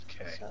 Okay